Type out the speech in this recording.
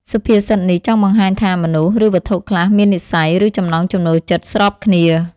សុភាសិតនេះចង់បង្ហាញថា មនុស្ស ឬវត្ថុខ្លះមាននិស្ស័យ ឬចំណង់ចំណូលចិត្តស្របគ្នា។